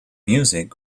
music